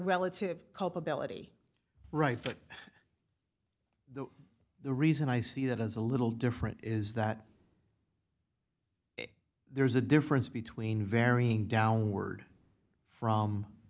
relative culpability right but the reason i see that as a little different is that there's a difference between varying downward from